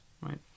right